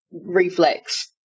reflex